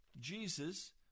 Jesus